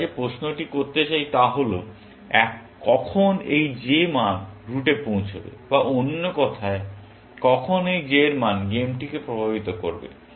আমরা যে প্রশ্নটি করতে চাই তা হল কখন এই j মান রুটে পৌঁছাবে বা অন্য কথায় কখন এই j র মান গেমটিকে প্রভাবিত করবে